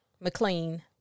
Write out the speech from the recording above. McLean